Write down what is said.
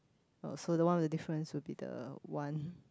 oh so the one with the difference will be the one